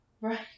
Right